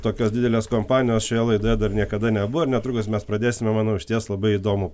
tokios didelės kompanijos šioje laidoje dar niekada nebuvo ir netrukus mes pradėsime manau išties labai įdomų